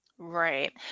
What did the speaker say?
Right